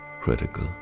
critical